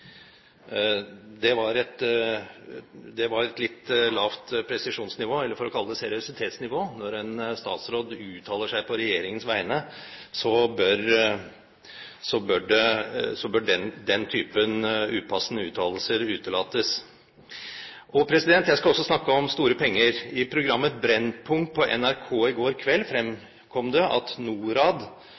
Det var et litt lavt presisjonsnivå, for ikke å kalle det seriøsitetsnivå. Når en statsråd uttaler seg på regjeringens vegne, bør den typen upassende uttalelser utelates. Jeg skal også snakke om store penger. I programmet Brennpunkt på NRK i går kveld fremkom det at